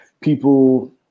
People